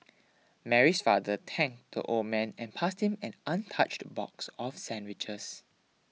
Mary's father tanked the old man and passed him an untouched box of sandwiches